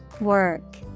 Work